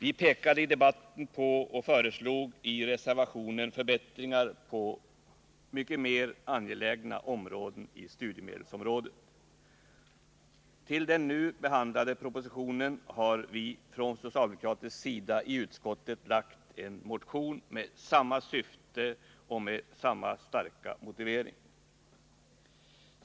I debatten och reservationen pekade vi på mycket mer angelägna förbättringar inom studiemedelsområdet. Med anledning av den nu behandlade propositionen har vi från socialdemokratisk sida väckt en motion med samma syfte och med samma starka motivering.